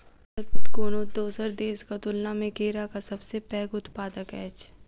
भारत कोनो दोसर देसक तुलना मे केराक सबसे पैघ उत्पादक अछि